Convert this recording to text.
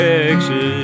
Texas